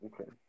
Okay